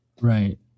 right